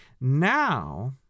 now